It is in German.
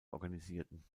organisierten